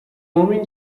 homem